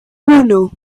uno